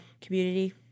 community